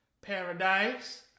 Paradise